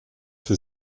für